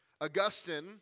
Augustine